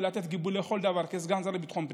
ולתת גיבוי לכל דבר כסגן השר לביטחון פנים,